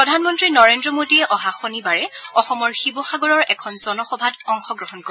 প্ৰধানমন্ত্ৰী নৰেন্দ্ৰ মোডীয়ে অহা শনিবাৰে অসমৰ শিৱসাগৰৰ এখন জনসভাত অংশগ্ৰহণ কৰিব